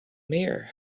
mayor